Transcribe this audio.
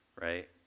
right